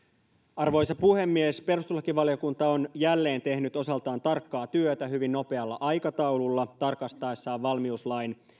arvoisa puhemies perustuslakivaliokunta on jälleen tehnyt osaltaan tarkkaa työtä hyvin nopealla aikataululla tarkastaessaan valmiuslain